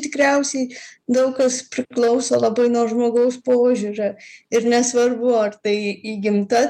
tikriausiai daug kas priklauso labai nuo žmogaus požiūrio ir nesvarbu ar tai įgimta